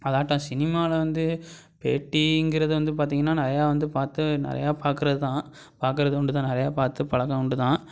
அதாட்டம் சினிமாவில வந்து பேட்டிங்கிறது வந்து பார்த்தீங்கன்னா நிறையா வந்து பார்த்து நிறையா பார்க்கறது தான் பார்க்கறது உண்டு தான் நிறையா பார்த்து பழக்கம் உண்டு தான்